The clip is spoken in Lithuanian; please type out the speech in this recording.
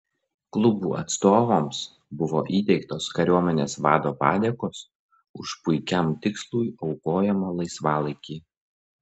klubų atstovams buvo įteiktos kariuomenės vado padėkos už puikiam tikslui aukojamą laisvalaikį